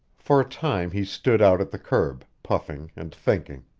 for a time he stood out at the curb, puffing and thinking.